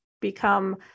become